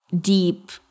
deep